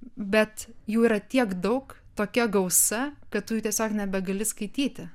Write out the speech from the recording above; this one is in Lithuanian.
bet jų yra tiek daug tokia gausa kad tu tiesiog nebegali skaityti